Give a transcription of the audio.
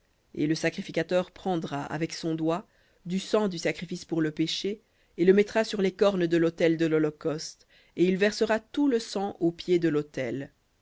et le sacrificateur prendra avec son doigt du sang du sacrifice pour le péché et le mettra sur les cornes de l'autel de l'holocauste et il versera tout le sang au pied de l'autel